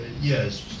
Yes